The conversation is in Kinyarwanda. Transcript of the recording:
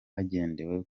hagendewe